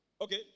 Okay